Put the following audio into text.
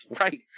right